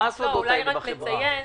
אולי רק נציין